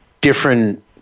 different